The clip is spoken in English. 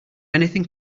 anything